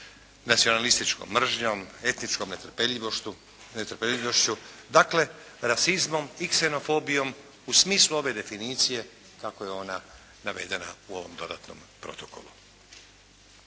nacionalističkom mržnjom, etničkom netrpeljivošću. Dakle, rasizmom i ksenofobijom u smislu ove definicije kako je ona navedena u ovom dodatnom protokolu.